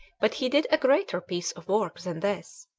but he did a greater piece of work than this.